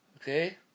Okay